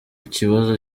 kibazo